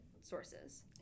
sources